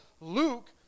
Luke